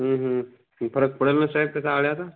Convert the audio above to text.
फरक पडेल ना साहेब त्या आव अळ्याचा